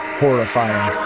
horrifying